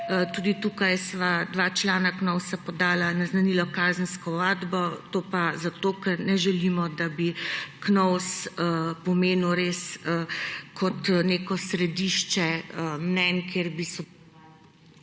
tudi tukaj sva dva člana Knovsa podala, naznanila kazensko ovadbo. To pa zato, ker ne želimo, da bi Knovs pomenil res kot neko središče mnenj, kjer bi